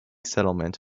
settlement